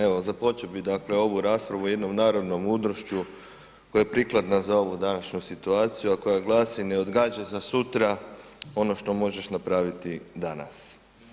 Evo, započeo bi dakle ovu raspravu jednom narodnom mudrošću koja je prikladna za ovu današnju situaciju, a koja glasi ne odgađaj za sutra ono što možeš napraviti danas.